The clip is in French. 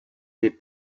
des